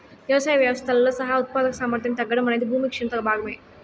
వ్యవసాయ వ్యవస్థలతో సహా ఉత్పాదక సామర్థ్యాన్ని తగ్గడం అనేది భూమి క్షీణత భాగమే